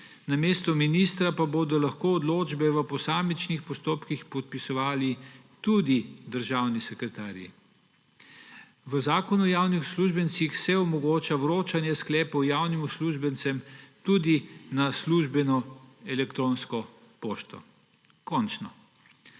namesto ministra pa bodo lahko odločbe v posamičnih postopkih podpisovali tudi državni sekretarji. V Zakonu o javnih uslužbencih se omogoča vročanje sklepov javnim uslužbencem tudi na službeno elektronsko pošto. Končno!